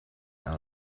out